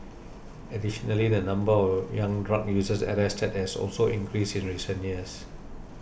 additionally the number of young drug users arrested has also increased in recent years